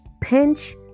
pinch